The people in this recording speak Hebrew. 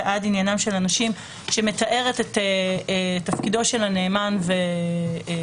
ועד "עניינם של הנושים" שמתארת את תפקידו של הנאמן ומוסיפה